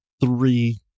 three